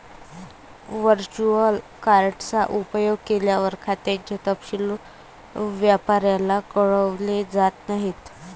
virtual card चा उपयोग केल्यावर, खात्याचे तपशील व्यापाऱ्याला कळवले जात नाहीत